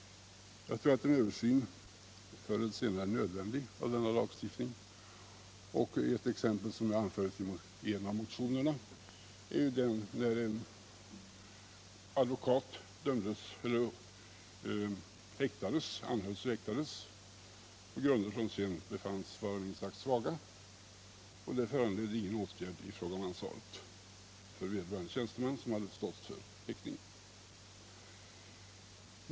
Jag tror att en översyn av denna lagstiftning är nödvändig. Ett exempel som jag anförde i min motion var att en advokat anhölls och häktades på grunder som sedan befanns vara minst sagt svaga. Detta föranledde dock ingen åtgärd i fråga om ansvaret för vederbörande tjänsteman som hade stått för häktningen.